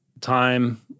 time